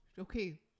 Okay